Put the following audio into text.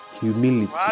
humility